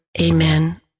Amen